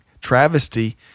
travesty